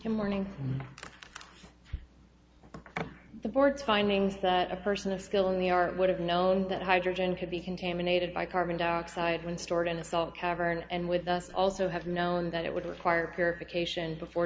him morning the board's findings that a person of skill in the art would have known that hydrogen could be contaminated by carbon dioxide when stored in a salt cavern and with us also have known that it would require purification before